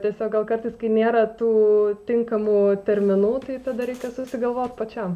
tiesiog gal kartais kai nėra tų tinkamų terminų tai tada reikia susigalvot pačiam